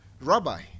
Rabbi